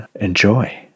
Enjoy